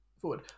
forward